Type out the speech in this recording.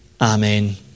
Amen